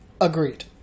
Agreed